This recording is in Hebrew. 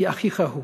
כי אחיך הוא.